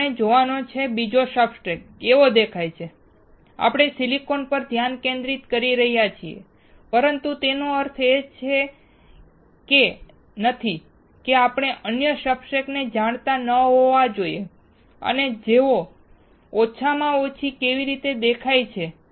હવે આપણે જોવાનું છે કે બીજો સબસ્ટ્રેટ કેવો દેખાય છે આપણે સિલિકોન પર ધ્યાન કેન્દ્રિત કરી રહ્યા છીએ પરંતુ તેનો અર્થ એ નથી કે આપણે અન્ય સબસ્ટ્રેટને જાણતા ન હોવા જોઈએ અને તેઓ ઓછામાં ઓછા કેવી રીતે દેખાય છે